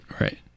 right